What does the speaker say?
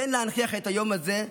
כן להנציח את היום הזה,